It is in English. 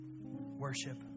Worship